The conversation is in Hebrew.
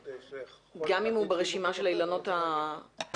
גם אם הוא ברשימה של האילנות המוגנים?